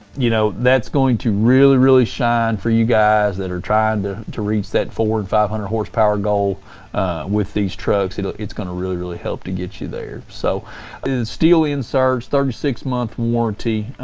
you know that's going to really, really shine for you guys that are trying and to reach that four and five hundred horsepower goal with these trucks. you know it's going to really, really help to get you there. so steel inserts, thirty six month warranty,